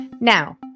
Now